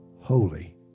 holy